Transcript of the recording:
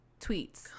tweets